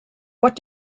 what